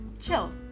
chill